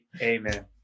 amen